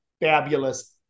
Fabulous